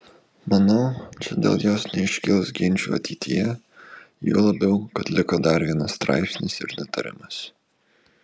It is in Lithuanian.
manau čia dėl jos neiškils ginčų ateityje juo labiau kad liko dar vienas straipsnis ir nutarimas